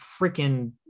freaking